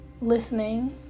listening